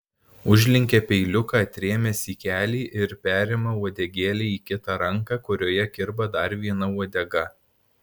užlenkia peiliuką atrėmęs į kelį ir perima uodegėlę į kitą ranką kurioje kirba dar viena uodega